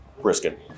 Brisket